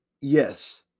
yes